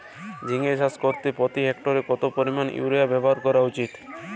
ঝিঙে চাষ করতে প্রতি হেক্টরে কত পরিমান ইউরিয়া ব্যবহার করা উচিৎ?